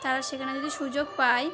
তারা সেখানে যদি সুযোগ পায়